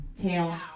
Tail